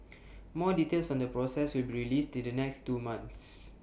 more details on the process will be released the next two months